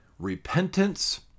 repentance